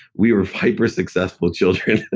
we were hyper-successful children